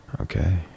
okay